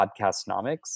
Podcastnomics